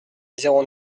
zéro